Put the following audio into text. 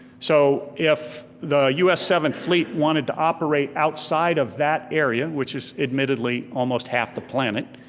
so if the us seventh fleet wanted to operate outside of that area, which is admittedly almost half the planet,